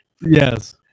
Yes